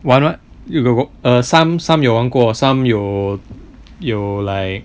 玩 what they got go err some some 有玩过 some 有有 like